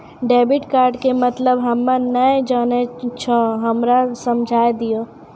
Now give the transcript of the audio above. Debit card के मतलब हम्मे नैय जानै छौ हमरा समझाय दियौ?